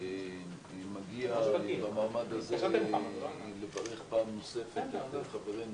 שמגיע במעמד הזה לברך פעם נוספת את חברנו,